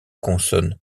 consonne